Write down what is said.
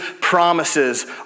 promises